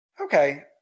Okay